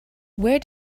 where